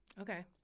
Okay